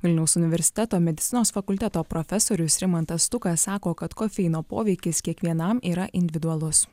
vilniaus universiteto medicinos fakulteto profesorius rimantas stukas sako kad kofeino poveikis kiekvienam yra individualus